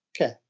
Okay